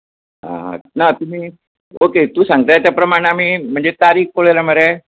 आं ना तुमी ओके तूं सांगता ते प्रमाण आमी म्हणजे तारीख पळयला मरे